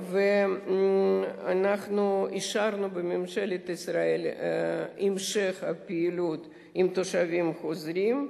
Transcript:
ואנחנו אישרנו בממשלת ישראל את המשך הפעילות עם התושבים החוזרים,